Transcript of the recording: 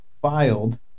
filed